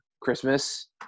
Christmas